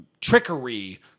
trickery